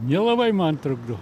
nelabai man trukdo